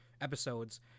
episodes